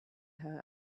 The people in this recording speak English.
her